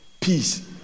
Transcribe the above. peace